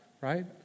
Right